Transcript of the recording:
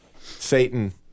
Satan